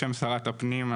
בשם שרת הפנים,